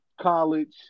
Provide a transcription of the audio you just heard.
college